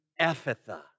Ephatha